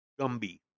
gumby